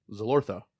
Zalortha